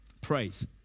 Praise